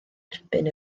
erbyn